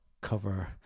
cover